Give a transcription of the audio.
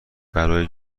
برای